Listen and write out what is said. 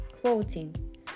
quoting